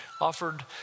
offered